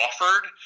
offered